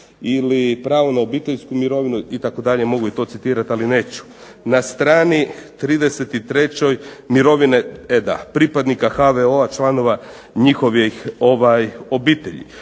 ili pravo na obiteljsku mirovinu itd., mogu i to citirati, ali neću. Na str. 33. mirovine, e da, pripadnika HVO-a, članova njihovih obitelji.